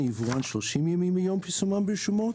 או יבואן 30 ימים מיום פרסומן ברשומות,